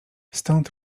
stąd